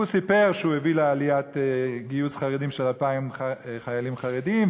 הוא סיפר שהוא הביא לעלייה בגיוס חרדים של 2,000 חיילים חרדים,